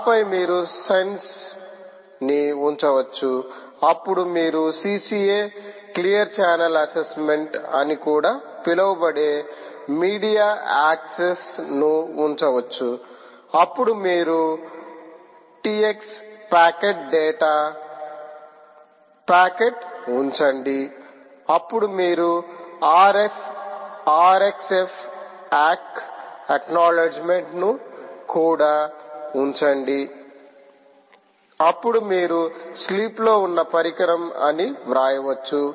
ఆపై మీరు సెన్స్ ని ఉంచవచ్చు అప్పుడు మీరు CCA క్లియర్ ఛానల్ అసెస్మెంట్ అని కూడా పిలువబడే మీడియా యాక్సెస్ను ఉంచవచ్చు అప్పుడు మీరు Tx ప్యాకెట్ డేటా ప్యాకెట్ ఉంచండి అప్పుడు మీరు Rxf అక్ అక్నౌలెడ్జిమెంట్ ను కూడా ఉంచండి అప్పుడు మీరు స్లీప్లో ఉన్న పరికరం అని వ్రాయవచ్చు